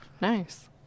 nice